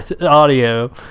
audio